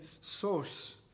source